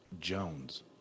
Jones